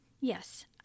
Yes